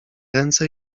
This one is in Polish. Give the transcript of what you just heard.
ręce